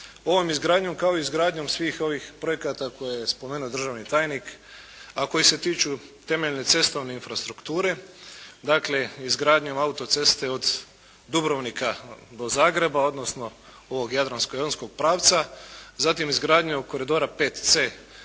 Ovom izgradnjom kao izgradnjom svih ovih projekata koje je spomenuo državni tajnik, a koji se tiču temeljne cestovne infrastrukture, dakle izgradnjom auto-ceste od Dubrovnika do Zagreba, odnosno ovog jadransko jonskog pravca, zatim izgradnje koridora 5C